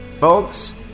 Folks